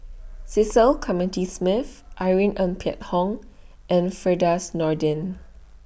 Cecil Clementi Smith Irene Ng Phek Hoong and Firdaus Nordin